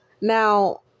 Now